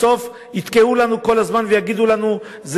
בסוף יתקעו לנו כל הזמן ויגידו לנו: זה